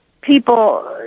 people